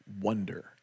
wonder